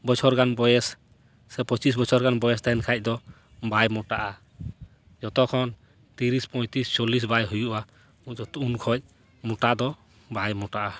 ᱵᱚᱪᱷᱚᱨ ᱜᱟᱱ ᱵᱚᱭᱮᱥ ᱥᱮ ᱯᱚᱸᱪᱤᱥ ᱵᱚᱪᱷᱚᱨ ᱜᱟᱱ ᱵᱚᱭᱮᱥ ᱛᱟᱦᱮᱱ ᱠᱷᱟᱱ ᱫᱚ ᱵᱟᱭ ᱢᱚᱴᱟᱜᱼᱟ ᱡᱚᱛᱚᱠᱷᱚᱱ ᱛᱤᱨᱤᱥ ᱯᱚᱸᱭᱛᱨᱤᱥ ᱪᱚᱞᱞᱤᱥ ᱵᱟᱭ ᱦᱩᱭᱩᱜᱼᱟ ᱚᱱᱛᱚᱛᱚ ᱩᱱᱠᱷᱚᱱ ᱢᱚᱴᱟ ᱫᱚ ᱵᱟᱭ ᱢᱚᱴᱟᱜᱼᱟ